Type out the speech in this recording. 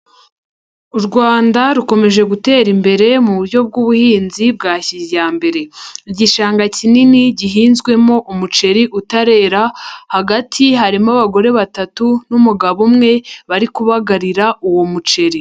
U Rwanda rukomeje gutera imbere mu buryo bw'ubuhinzi bwa kiyambere. Igishanga kinini gihinzwemo umuceri utarera, hagati harimo abagore batatu n'umugabo umwe bari kubagarira uwo muceri.